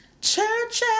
Church